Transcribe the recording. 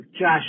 Josh